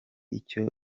icyo